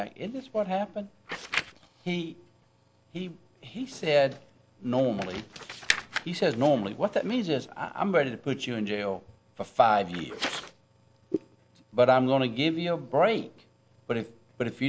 back and that's what happened he he he said normally he says normally what that means is i'm going to put you in jail for five years but i'm going to give you a break but if but if